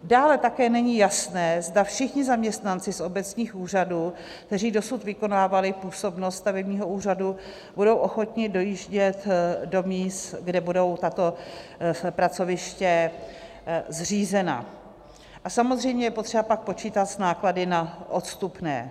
Dále také není jasné, zda všichni zaměstnanci z obecních úřadů, kteří dosud vykonávali působnost stavebního úřadu, budou ochotni dojíždět do míst, kde budou tato pracoviště zřízena, a samozřejmě je potřeba pak počítat s náklady na odstupné.